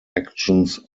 actions